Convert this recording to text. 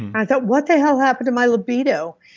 and but what the hell happened to my libido?